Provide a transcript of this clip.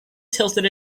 tilted